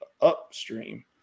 upstream